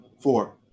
four